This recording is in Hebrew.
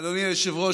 אדוני היושב-ראש,